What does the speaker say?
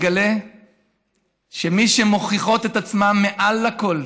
מגלה שמי שמוכיחות את עצמן מעל הכול